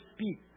speak